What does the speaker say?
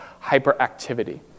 hyperactivity